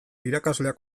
irakasleak